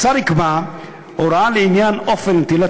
(ה) השר יקבע הוראות לעניין אופן נטילת